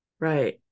right